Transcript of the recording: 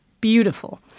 beautiful